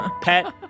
pet